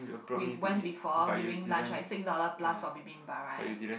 we went before during lunch right six dollar plus for bibimbap right